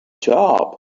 job